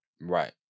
Right